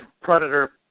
Predator